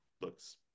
looks